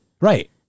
Right